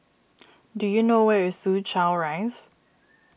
do you know where is Soo Chow Rise